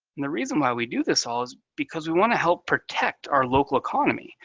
and the reason why we do this all is because we want to help protect our local economy.